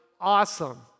awesome